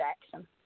Jackson